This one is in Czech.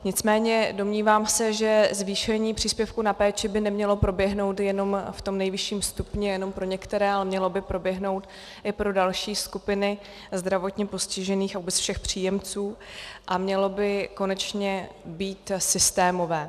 Nicméně se domnívám, že zvýšení příspěvku na péči by nemělo proběhnout jenom v tom nejvyšším stupni a jenom pro některé, ale mělo by proběhnout i pro další skupiny zdravotně postižených a vůbec všech příjemců a mělo by konečně být systémové